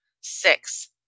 Six